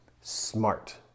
smart